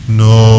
no